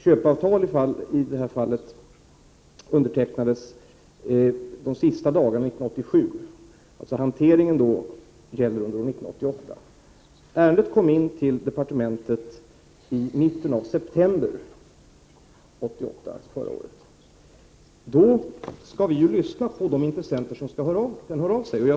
Köpeavtalet i det här fallet undertecknades de sista dagarna 1987. Det gäller således hanteringen under år 1988. Ärendet kom in till departementet i mitten av september 1988. Vi skall då lyssna på de intressenter som skall höra av sig.